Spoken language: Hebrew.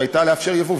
שהייתה לאפשר יבוא,